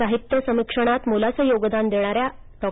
साहित्य समीक्षणात मोलाचे योगदान देणाऱ्या डॉ